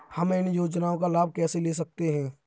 हम इन योजनाओं का लाभ कैसे ले सकते हैं?